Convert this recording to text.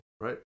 right